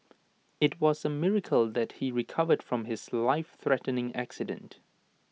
IT was A miracle that he recovered from his lifethreatening accident